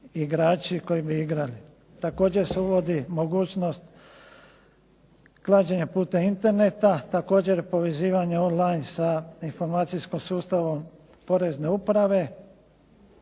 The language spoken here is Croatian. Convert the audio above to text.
igrači koji bi igrali. Također se uvodi mogućnost klađenja putem interneta. Također povezivanje on-line sa informacijskim sustavom Porezne uprave.